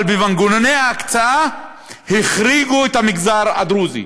אבל במנגנוני ההקצאה החריגו את המגזר הדרוזי.